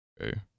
Okay